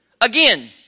Again